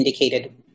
indicated